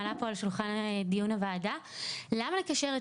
מעלה פה על שולחן דיון הוועדה למה לקשר את